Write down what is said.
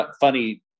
funny